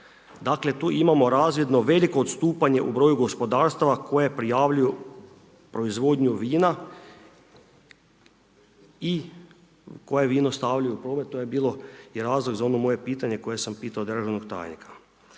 Dakle, tu imamo razvidno veliko odstupanje u broju gospodarstava koje prijavljuju proizvodnju vina i koje vino stavljaju u …/Govornik se ne razumije./… to je bilo i razlog za ono moje pitanje koje sam pitao državnog tajnika.